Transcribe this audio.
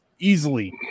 easily